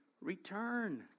return